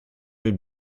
mes